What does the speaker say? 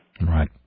Right